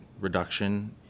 reduction